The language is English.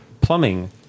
plumbing